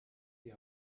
die